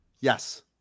Yes